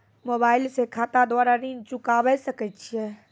Mobile से खाता द्वारा ऋण चुकाबै सकय छियै?